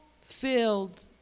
filled